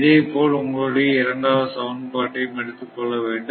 இதேபோல் உங்களுடைய இரண்டாவது சமன்பாட்டையும் எடுத்துக் கொள்ள வேண்டும்